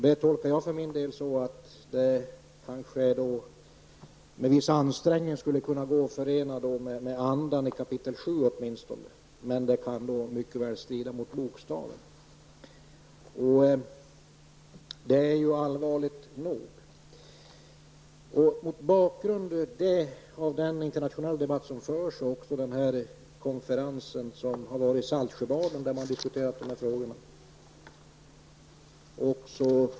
Det tolkar jag för min del så att man med viss ansträngning skulle kunna förena handlingssättet med andan i kapitel 7 åtminstone, men att det mycket väl kan strida mot bokstaven. Det är allvarligt nog. Det förs en internationell debatt, och frågorna har också diskuterats på konferensen i Saltsjöbaden.